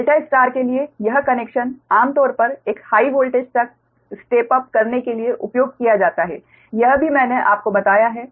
delta star के लिए यह कनेक्शन आमतौर पर एक हाइ वोल्टेज तक स्टेप उप करने के लिए उपयोग किया जाता है यह भी मैंने आपको बताया है